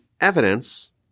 evidence